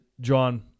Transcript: John